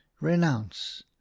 renounce